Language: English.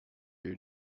year